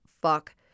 fuck